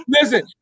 Listen